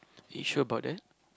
you sure about that